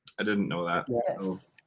i didn't know that. yes.